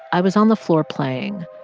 i was on the floor playing.